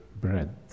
bread